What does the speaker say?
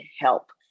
help